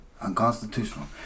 unconstitutional